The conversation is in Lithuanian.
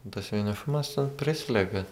tas vienišumas prislegia